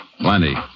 Plenty